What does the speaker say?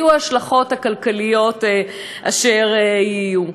יהיו השלכות הכלכליות אשר יהיו.